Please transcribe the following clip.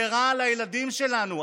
זה רעל לילדים שלנו.